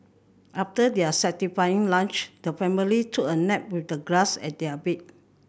after their satisfying lunch the family took a nap with the grass as their bed